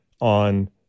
on